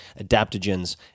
adaptogens